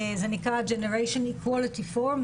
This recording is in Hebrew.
זה נקרא generation equality forum,